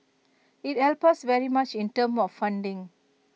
IT helps us very much in terms of funding